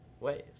ways